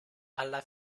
alla